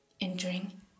Entering